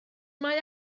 mae